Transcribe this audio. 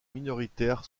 minoritaires